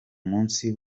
munsi